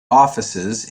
offices